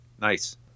Nice